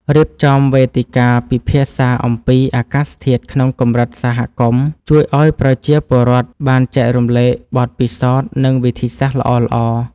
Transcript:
រៀបចំវេទិកាពិភាក្សាអំពីអាកាសធាតុក្នុងកម្រិតសហគមន៍ជួយឱ្យប្រជាពលរដ្ឋបានចែករំលែកបទពិសោធន៍ និង វិធីសាស្ត្រល្អៗ។